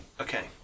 Okay